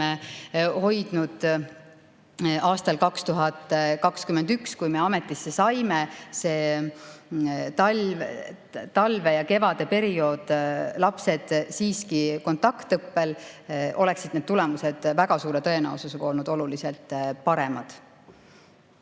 hoidnud aastal 2021, kui me ametisse saime, sel talve- ja kevadeperioodil lapsed siiski kontaktõppel, oleksid need tulemused väga suure tõenäosusega olnud oluliselt paremad.